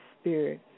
spirit